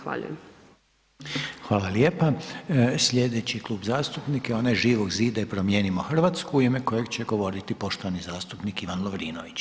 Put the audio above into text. Slijedeći Klub zastupnika je onaj Živog zida i Promijenimo Hrvatsku u ime kojeg će govoriti poštovani zastupnik Ivan Lovrinović.